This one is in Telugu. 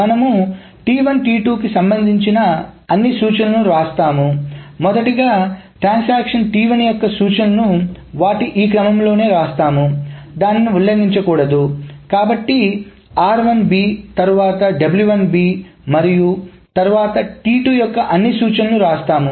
మనము సంబంధించిన అన్ని సూచనలను వ్రాస్తాము మొదటిగా ట్రాన్సాక్షన్ యొక్క సూచనలను వాటి ఈ క్రమంలోనే వ్రాస్తాము దానిని ఉల్లంఘించకూడదు కాబట్టి తర్వాత మరియు తరువాత యొక్క అన్ని సూచనలు వ్రాస్తాము